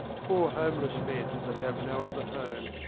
poor homeless men that have no other home.